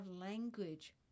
language